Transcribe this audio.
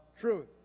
truth